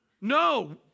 No